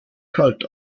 kalt